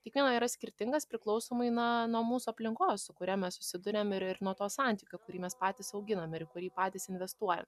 kiekvieno yra skirtingas priklausomai na nuo mūsų aplinkos su kuria mes susiduriam ir ir nuo to santykio kurį mes patys auginam ir į kurį patys investuojam